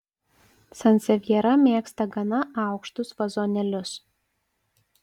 sansevjera mėgsta gana aukštus vazonėlius